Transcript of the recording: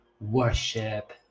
worship